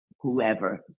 whoever